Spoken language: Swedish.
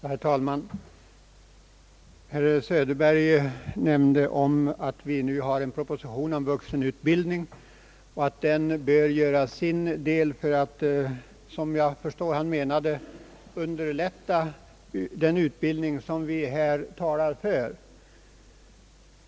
Herr talman! Herr Söderberg omnämnde att vi nu har en proposition om vuxenutbildning och att den bör göra sitt till för att, som jag förstår han menade, underlätta den utbildning vi här talar om.